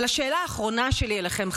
אבל השאלה האחרונה שלי אליכם,